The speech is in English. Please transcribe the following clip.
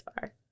far